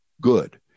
good